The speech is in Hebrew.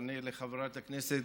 אענה לחברת הכנסת